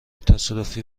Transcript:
تصادفی